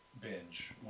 binge